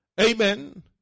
Amen